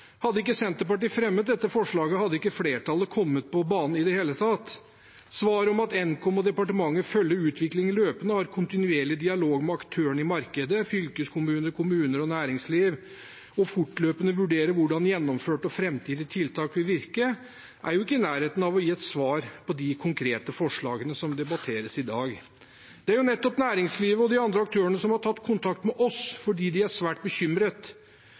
Hadde ikke Senterpartiet fremmet dette forslaget, hadde ikke flertallet kommet på banen i det hele tatt. Svaret om at Nkom og departementet følger utviklingen løpende og har kontinuerlig dialog med aktørene i markedet, fylkeskommuner, kommuner og næringsliv, og fortløpende vurderer hvordan gjennomførte og framtidige tiltak vil virke, er ikke i nærheten av å gi et svar på de konkrete forslagene som debatteres i dag. Det er nettopp næringslivet og de andre aktørene som har tatt kontakt med oss fordi de er svært bekymret.